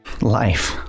Life